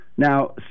Now